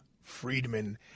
Friedman